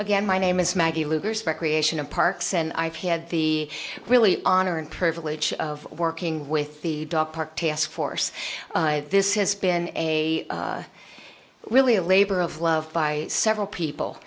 again my name is maggie lugar speculation of parks and i've had the really honor and privilege of working with the dog park task force this has been a really a labor of love by several people